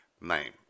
name